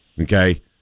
Okay